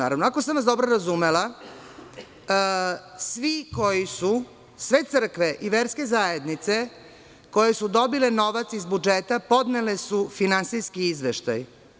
Ako sam vas dobro razumela sve crkve i verske zajednice koje su dobile novac iz budžeta podnele su finansijske izveštaj.